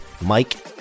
Mike